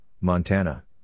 Montana